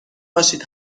باشید